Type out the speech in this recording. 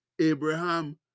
Abraham